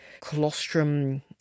colostrum